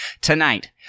Tonight